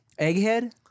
Egghead